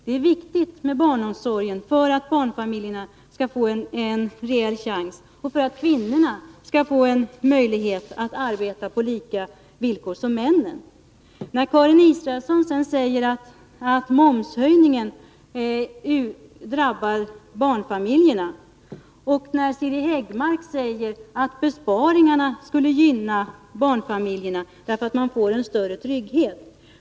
Det är viktigt med barnomsorgen för att barnfamiljerna skall få en reell chans och för att kvinnorna skall få en möjlighet att arbeta på lika villkor som männen. Karin Israelsson säger vidare att momshöjningen drabbar barnfamiljerna. Siri Häggmark säger att besparingarna skulle gynna barnfamiljer, därför att man då får en större trygghet.